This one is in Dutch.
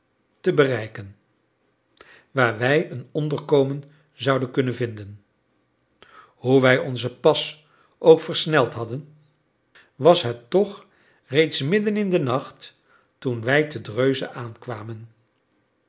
te bereiken waar wij een onderkomen zouden kunnen vinden hoe wij onzen pas ook versneld hadden was het toch reeds middenin den nacht toen wij te dreuze aankwamen